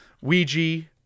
Ouija